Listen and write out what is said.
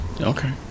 Okay